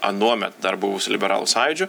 anuomet dar buvusiu liberalų sąjūdžiu